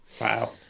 wow